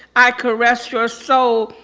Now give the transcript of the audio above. i caress your so